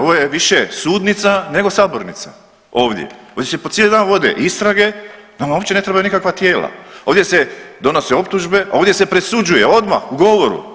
Ovo je više sudnica nego sabornica ovdje, ovdje se po cijeli dan vode istrage nama uopće ne trebaju nikakva tijela, ovdje se donose optužbe, ovdje se presuđuje odmah u govoru.